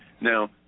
Now